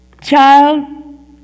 child